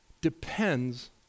depends